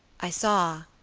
i saw,